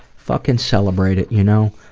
fuckin' celebrate it, you know?